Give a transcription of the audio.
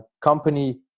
company